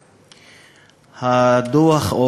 הדוח,